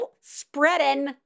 spreading